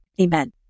Amen